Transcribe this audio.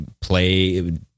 play